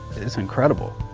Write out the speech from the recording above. it's incredible.